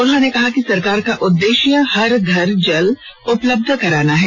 उन्होंने कहा कि संरकार का उद्देश्य हर घर जल उपलब्ध कराना है